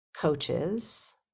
coaches